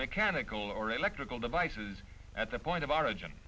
mechanical or electrical devices at the point of origin